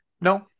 No